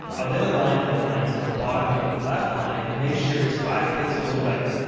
i'll then align the line to the bottom of the left line and make sure it's five pixels away.